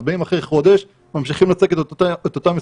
אז באים אחרי חודש וממשיכים לצקת את אותן יסודות,